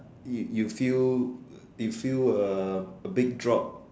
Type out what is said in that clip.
you you feel you feel a a big drop